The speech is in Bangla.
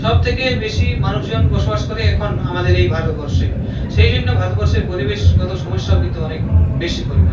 সব থেকে বেশি মানুষজন বসবাস করে এখন আমাদের এই ভারতবর্ষে সেই জন্য ভারতবর্ষের পরিবেশগত সমস্যাও কিন্তু অনেক বেশি পরিমাণে